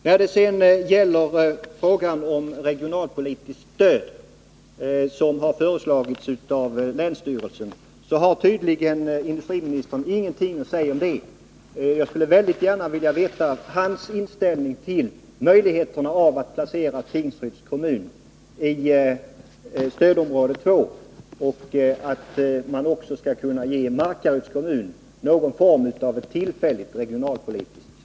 Beträffande regionalpolitiskt stöd, som har föreslagits av länsstyrelsen, har tydligen industriministern ingenting att säga. Jag skulle mycket gärna vilja veta vilken hans inställning är till möjligheterna att placera Tingsryds kommun i stödområde 2, och att ge Markaryds kommun någon form av tillfälligt regionalpolitiskt stöd.